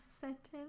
sentence